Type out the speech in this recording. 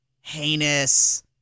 heinous